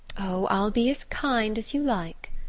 oh, i'll be as kind as you like!